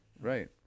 right